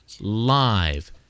...live